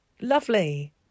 Lovely